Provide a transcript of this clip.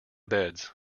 beds